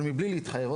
אבל מבלי להתחייב,